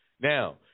Now